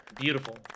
beautiful